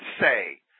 say